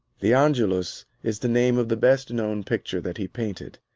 the angelus is the name of the best known picture that he painted.